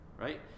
Right